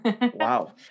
Wow